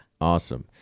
Awesome